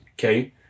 Okay